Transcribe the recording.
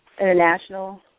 international